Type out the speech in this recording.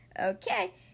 Okay